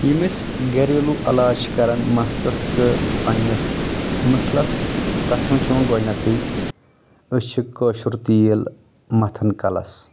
یِم أسۍ گریلوٗ علاج چھِ کَران مستس تہٕ پنٕنِس مُسلس تتھ منٛز چھِ یِوان گۄڈنؠتھٕے أسۍ چھِ کٲشُر تیٖل متھان کلس